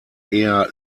eher